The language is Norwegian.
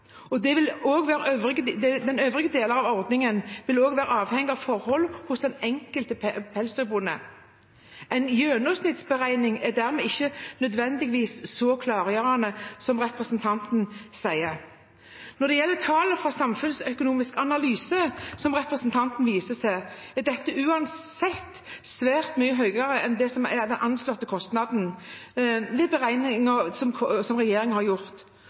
og at også de øvrige delene av ordningen vil være avhengig av forhold hos den enkelte pelsdyrbonde. En gjennomsnittsberegning er dermed ikke nødvendigvis så klargjørende som representanten sier. Når det gjelder tallet fra Samfunnsøkonomisk analyse som representanten viser til, er dette uansett svært mye høyere enn de anslåtte kostnadene i beregningene som regjeringen har gjort. Det skyldes i første omgang at Samfunnsøkonomisk analyse har